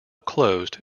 closed